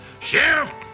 Sheriff